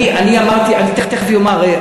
אני תכף אומר.